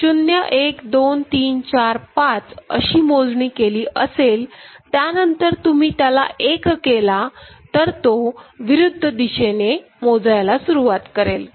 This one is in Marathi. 0 1 2 3 4 5 अशी मोजणी केली असेल त्यानंतर तुम्ही त्याला 1 केला तर तो विरुद्ध दिशेने मोजायला सुरुवात करेल